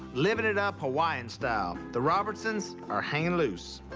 living it up hawaiian style. the robertsons are hangin' loose.